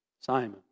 Simon